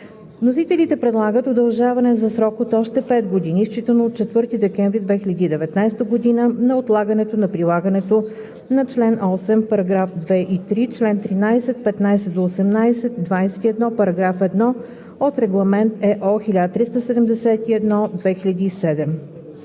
Вносителите предлагат удължаване за срок от още 5 години считано от 4 декември 2019 г. на отлагането на прилагането на чл. 8, параграф 2 и 3, чл. 13, 15 – 18, 21, параграф 1 от Регламент (ЕО) 1371/2007.